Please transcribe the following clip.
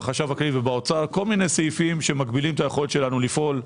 בחשב הכללי ובאוצר - כל מיני סעיפים שמגבילים את היכולת שלנו לפעול,